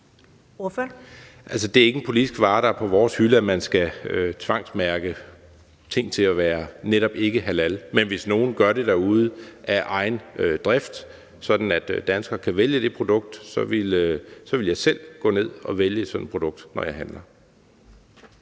Det er ikke en politisk vare, der er på vores hylde, at man skal tvangsmærke varer, altså varer, der netop ikke er halalvarer. Men hvis nogen derude gør det af egen drift, sådan at danskere kan vælge det produkt, så ville jeg selv vælge et sådant produkt, når jeg handlede.